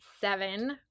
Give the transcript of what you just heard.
seven